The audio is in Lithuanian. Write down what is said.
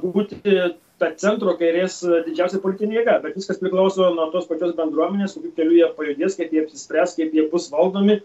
būti ta centro kairės didžiausia politinė jėga bet viskas priklauso nuo tos pačios bendruomenės kokiu keliu jie pajudės kaip jie apsispręs kaip jie bus valdomi